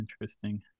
Interesting